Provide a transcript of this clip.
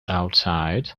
outside